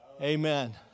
Amen